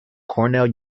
cornell